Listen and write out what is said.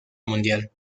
mundial